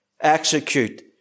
execute